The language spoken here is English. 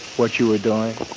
what you were doing?